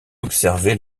observait